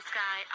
Sky